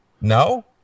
No